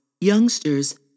Youngsters